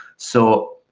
so,